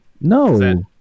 no